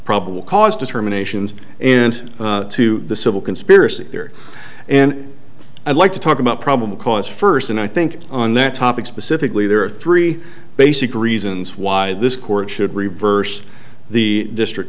probable cause determination and to the civil conspiracy theory and i'd like to talk about probable cause first and i think on that topic specifically there are three basic reasons why this court should reverse the district